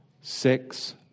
Six